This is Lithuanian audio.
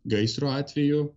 gaisro atveju